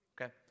okay